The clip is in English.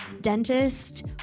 dentist